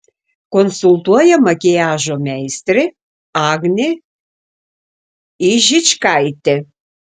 konsultuoja makiažo meistrė agnė ižičkaitė